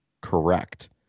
correct